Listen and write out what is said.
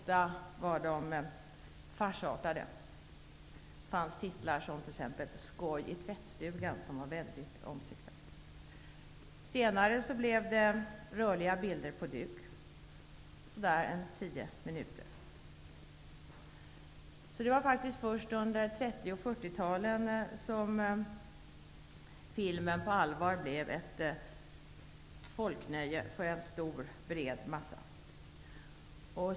De var ofta farsartade. Det fanns t.ex. titlar som Skoj i tvättstugan. De var mycket omtyckta. Senare blev det rörliga bilder på duk. De filmerna var cirka tio minuter långa. Det var faktiskt först under 30 och 40-talet som filmen på allvar blev ett folknöje för en stor bred massa.